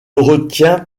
retient